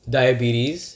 diabetes